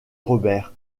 robert